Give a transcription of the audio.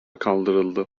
kaldırıldı